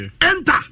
enter